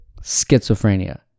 schizophrenia